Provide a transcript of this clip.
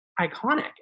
iconic